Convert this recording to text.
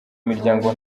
miryango